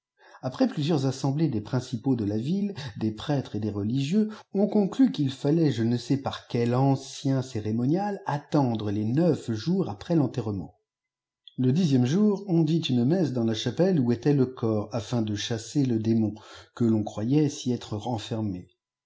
après pfusieurs iisîsemtïlées des principaux de la ville s prêtres et des religitux on conclut qu'il fallait je ne sais par qjjé ancien céréoioniat attendre fes neuf jours après t enterrement le dixième jour on dit une messe dans la chapelle où était le corps afin de chasser le démon que ton croyait s'y être renfermé